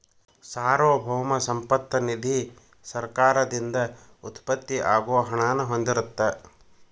ಸಾರ್ವಭೌಮ ಸಂಪತ್ತ ನಿಧಿ ಸರ್ಕಾರದಿಂದ ಉತ್ಪತ್ತಿ ಆಗೋ ಹಣನ ಹೊಂದಿರತ್ತ